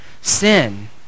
sin